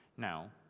Now